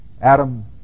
Adam